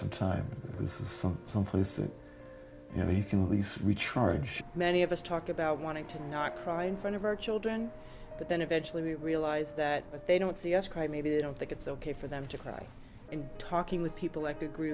some time some place that you know you can at least recharge many of us talk about wanting to not cry in front of our children but then eventually we realise that but they don't see us cry maybe they don't think it's ok for them to cry in talking with people like